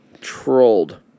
trolled